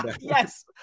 Yes